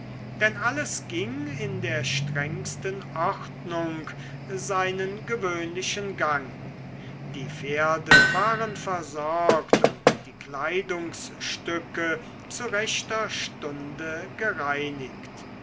denn alles ging in der strengsten ordnung seinen gewöhnlichen gang die pferde waren versorgt und die kleidungsstücke zu rechter stunde gereinigt